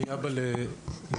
אני אבא לילדים,